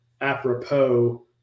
apropos